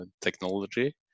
technology